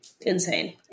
Insane